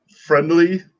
friendly